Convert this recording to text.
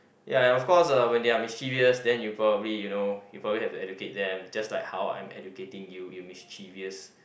ya and of course uh when they are mischievous then you probably you know you probably have to educate them just like how I'm educating you you mischievous